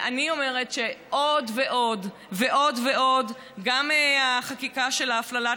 אני אומרת שעוד ועוד ועוד ועוד גם החקיקה להפללת